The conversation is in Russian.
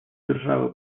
державы